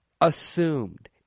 Assumed